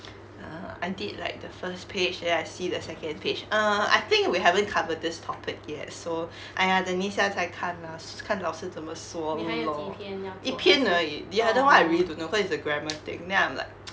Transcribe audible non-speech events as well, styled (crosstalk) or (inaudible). (noise) a'ah I did like the first page then I see the second page err I think we haven't cover this topic yet so !aiya! 等一下才看啦看老师怎么说 lor 一篇而已 the other [one] I really don't know cause is a grammar thing then I'm like (noise)